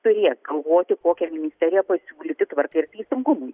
turės galvoti kokią ministeriją pasiūlyti tvarka ir teisingumui